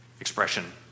expression